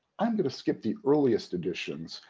i'm going to skip the earliest editions,